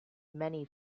many